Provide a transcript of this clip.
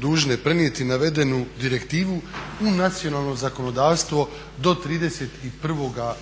dužne prenijeti navedenu direktivu u nacionalno zakonodavstvo do 31. ožujka